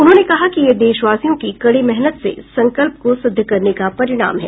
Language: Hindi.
उन्होंने कहा कि यह देशवासियों की कड़ी मेहनत से संकल्प को सिद्ध करने का परिणाम है